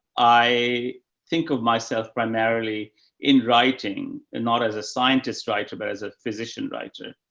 i think of myself primarily in writing and not as a scientist writer, but as a physician writer.